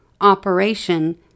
operation